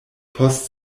post